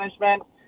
management